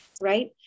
right